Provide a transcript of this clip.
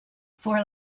for